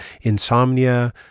insomnia